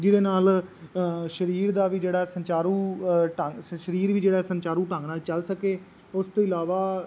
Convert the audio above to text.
ਜਿਹਦੇ ਨਾਲ ਸਰੀਰ ਦਾ ਵੀ ਜਿਹੜਾ ਸੁਚਾਰੂ ਢੰਗ ਸ ਸਰੀਰ ਵੀ ਜਿਹੜਾ ਸੁਚਾਰੂ ਢੰਗ ਨਾਲ ਚੱਲ ਸਕੇ ਉਸ ਤੋਂ ਇਲਾਵਾ